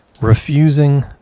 refusing